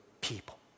people